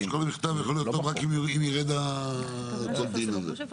פשוט שכל המכתב יכול להיות טוב אם ירד הוראות הדין הזה.